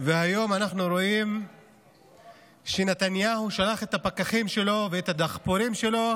והיום אנחנו רואים שנתניהו שלח את הפקחים שלו ואת הדחפורים שלו